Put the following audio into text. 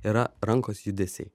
yra rankos judesiai